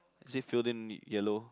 is it filled in yellow